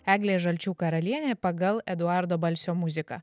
eglė žalčių karalienė pagal eduardo balsio muziką